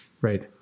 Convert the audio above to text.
right